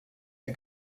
der